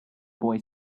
boy